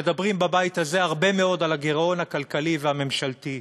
שמדברים בבית הזה הרבה מאוד על הגירעון הכלכלי והממשלתי.